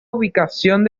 ubicación